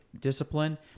discipline